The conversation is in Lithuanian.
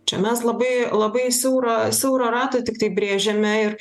čia mes labai labai siaurą siaurą rato tiktai brėžiame ir